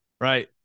right